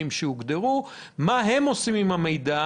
מה אותם אנשים עושים עם המידע